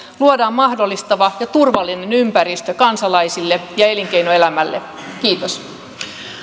luodaan mahdollistava ja turvallinen ympäristö kansalaisille ja elinkeinoelämälle kiitos